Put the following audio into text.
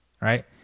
right